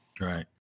Right